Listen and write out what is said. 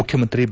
ಮುಖ್ಯಮಂತ್ರಿ ಬಿ